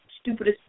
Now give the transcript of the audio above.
stupidest